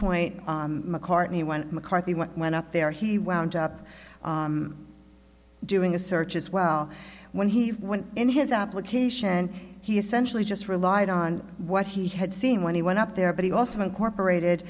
point mccartney went mccarthy went went up there he wound up doing a search as well when he went in his application he essentially just relied on what he had seen when he went up there but he also incorporated